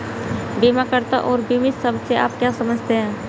बीमाकर्ता और बीमित शब्द से आप क्या समझते हैं?